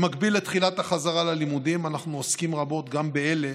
במקביל לתחילת החזרה ללימודים אנחנו עוסקים רבות גם באלה